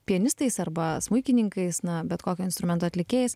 pianistais arba smuikininkais na bet kokio instrumento atlikėjais